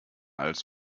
als